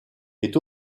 est